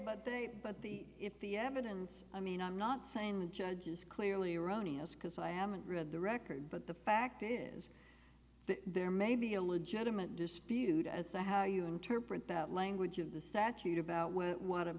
but they but the if the evidence i mean i'm not saying the judge is clearly erroneous because i am and read the record but the fact is that there may be a legitimate dispute as to how you interpret that language of the statute about wh